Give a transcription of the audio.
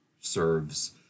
serves